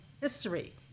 history